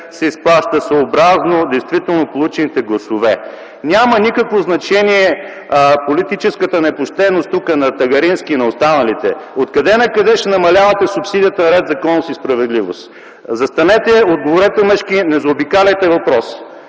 се изплаща съобразно действително получените гласове”. Няма никакво значение политическата непочтеност тук на Тагарински и останалите. Откъде-накъде ще намалявате субсидията на „Ред, законност и справедливост”? Застанете и отговорете мъжки, не заобикаляйте въпроса!